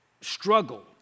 struggle